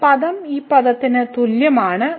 ഈ പദം ഈ പദത്തിന് തുല്യമാണ്